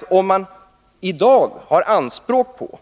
Men om man i dag gör anspråk på rätten